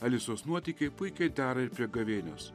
alisos nuotykiai puikiai dera ir prie gavėnios